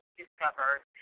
discovered